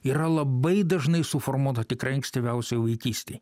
yra labai dažnai suformuota tikrai ankstyviausioj vaikystėj